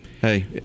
Hey